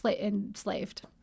enslaved